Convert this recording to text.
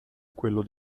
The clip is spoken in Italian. quello